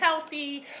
healthy